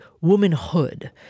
womanhood